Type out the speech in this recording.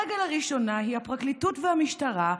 הרגל הראשונה היא הפרקליטות והמשטרה,